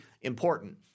important